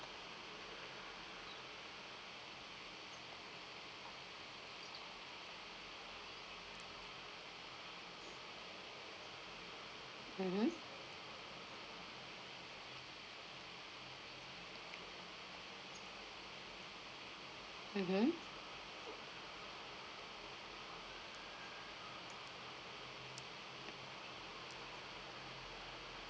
mmhmm mmhmm